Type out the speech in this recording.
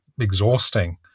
exhausting